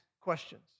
questions